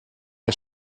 nie